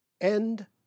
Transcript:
End